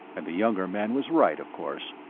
and the younger man was right, of course.